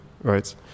right